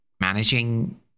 managing